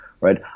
right